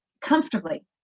comfortably